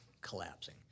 collapsing